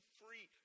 free